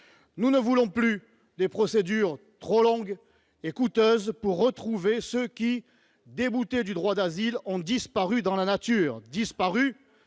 Nous ne voulons plus de procédures trop longues et coûteuses pour retrouver ceux qui, déboutés du droit d'asile, ont disparu dans la nature- sans